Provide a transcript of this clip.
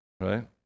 right